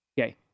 Okay